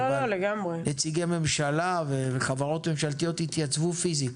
אבל נציגי ממשלה וחברות ממשלתיות יתייצבו פיזית.